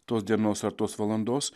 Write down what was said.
tos dienos ar tos valandos